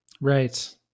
Right